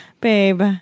babe